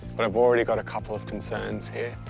but i've already got a couple of concerns here,